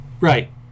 Right